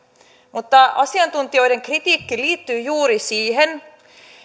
mutta asiantuntijoiden kritiikki liittyy juuri siihen